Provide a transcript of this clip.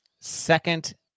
Second